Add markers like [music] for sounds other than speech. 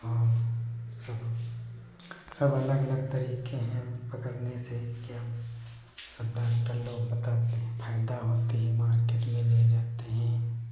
और सब सब सब अलग अलग तरीके हैं पकड़ने से के सब [unintelligible] पकड़ के फ़ायदा होती है मार्केट में ले जाते हैं